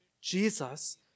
Jesus